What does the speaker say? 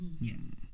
Yes